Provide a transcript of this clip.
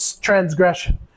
transgression